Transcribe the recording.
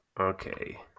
Okay